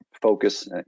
focus